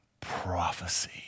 prophecy